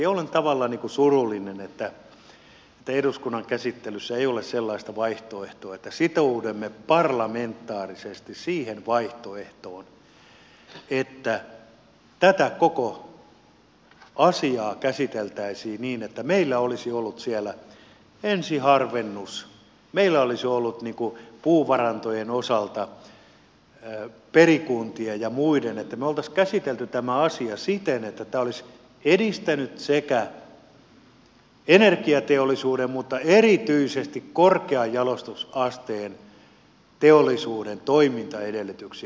ja olen tavallaan surullinen että eduskunnan käsittelyssä ei ole sellaista vaihtoehtoa että sitoudumme parlamentaarisesti siihen vaihtoehtoon että tätä koko asiaa käsiteltäisiin niin että meillä olisi ollut siellä ensiharvennus meillä olisi ollut puuvarantojen osalta perikuntia ja muiden että me olisimme käsitelleet tämän asian siten että tämä olisi edistänyt sekä energiateollisuuden että erityisesti korkean jalostusasteen teollisuuden toimintaedellytyksiä